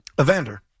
Evander